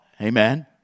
Amen